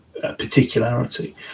particularity